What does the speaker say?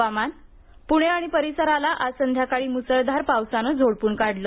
हवामान प्णे आणि परिसराला आज संध्याकाळी मुसळधार पावसानं झोडपून काढलं